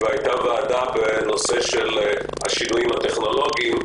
והייתה ועדה שעסקה בשינויים הטכנולוגיים,